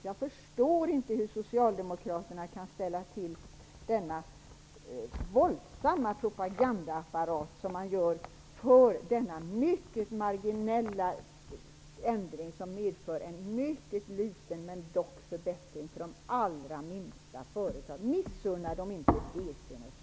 Jag förstår inte hur Socialdemokraterna kan ställa till med denna våldsamma propagandaapparat på grund av denna mycket marginella ändring, som medför en mycket liten men dock förbättring för de allra minsta företagen. Missunna dem inte det, Sten Östlund!